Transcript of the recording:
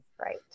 Right